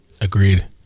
Agreed